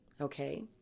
Okay